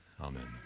Amen